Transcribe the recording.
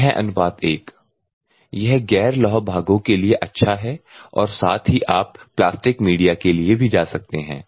6 1 यह गैर लौह भागों के लिए अच्छा है और साथ ही आप प्लास्टिक मीडिया के लिए भी जा सकते हैं